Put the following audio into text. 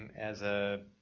as a,